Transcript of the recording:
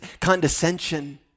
condescension